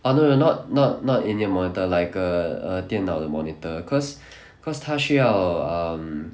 oh no no not not not in year monitor like err err 电脑的 monitor cause cause 他需要 uh um